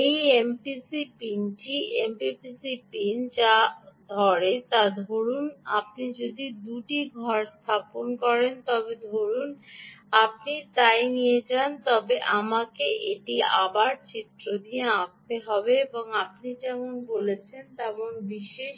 এই এমপিপিসি পিনটি যা করে তা ধরুন আপনি যদি 2 টি ঘর স্থাপন করেন তবে ধরুন আপনি তাই নিয়ে যান তবে আমাকে এটি আবার চিত্র আঁকতে দিন ধরুন আপনি যেমন বলেছিলেন তেমন বিশেষ